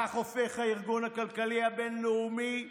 כך הופך הארגון הכלכלי הבין-לאומי החשוב,